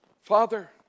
Father